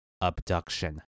abduction